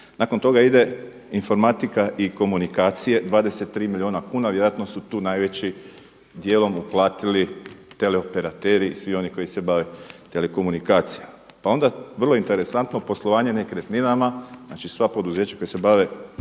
Nakon toga ide informatika i komunikacije 23 milijuna kuna, vjerojatno su tu najvećim djelom uplatili teleoperateri svi oni koji se bave telekomunikacijama. Pa onda vrlo interesantno poslovanje nekretninama, znači sva poduzeća koja se bave